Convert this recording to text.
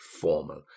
formal